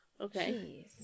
Okay